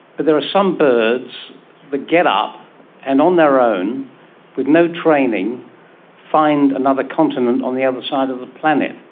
but there are some birds that get up and on their own with no training find another continent on the other side of the planet.